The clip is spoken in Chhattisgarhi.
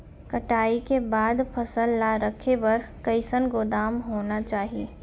कटाई के बाद फसल ला रखे बर कईसन गोदाम होना चाही?